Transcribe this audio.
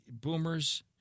boomers